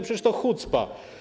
Przecież to hucpa.